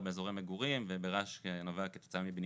שלערך האזורים השלווים יש גם ביטוי כלכלי.